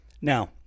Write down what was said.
Now